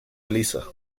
elisa